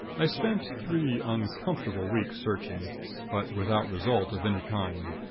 i spent three uncomfortable weeks, searching but without result of any kind.